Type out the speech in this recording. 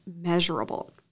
measurable